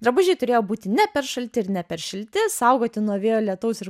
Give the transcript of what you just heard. drabužiai turėjo būti ne per šalti ir ne per šilti saugoti nuo vėjo lietaus ir